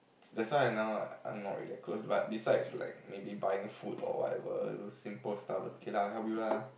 that's why now right I'm not really that close but besides like maybe buying food or whatever those simple stuff okay lah I help you lah